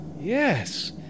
Yes